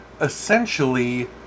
essentially